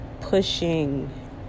pushing